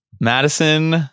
Madison